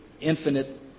infinite